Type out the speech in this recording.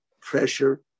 pressure